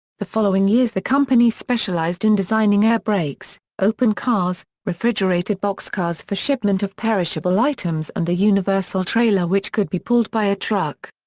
the following years the company specialized in designing air brakes, open cars, refrigerated boxcars for shipment of perishable items and the universal trailer which could be pulled by a truck.